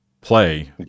play